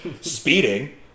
speeding